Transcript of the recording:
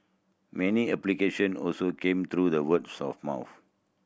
many application also came through the words of mouth